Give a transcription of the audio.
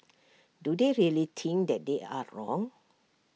do they really think that they are wrong